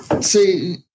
see